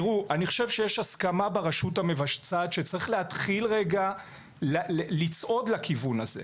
אני חושב שיש הסכמה ברשות המבצעת שצריך להתחיל רגע לצעוד לכיוון הזה.